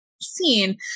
seen